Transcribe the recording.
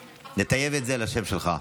נטייב את זה לשם שלך.